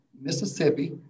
Mississippi